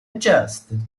adjusted